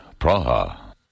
Praha